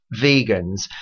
vegans